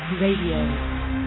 Radio